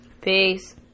Peace